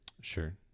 sure